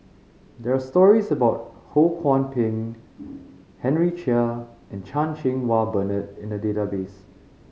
there are stories about Ho Kwon Ping Henry Chia and Chan Cheng Wah Bernard in the database